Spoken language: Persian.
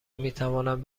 میتوانند